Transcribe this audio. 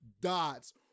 dots